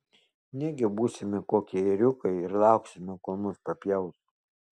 negi būsime kokie ėriukai ir lauksime kol mus papjaus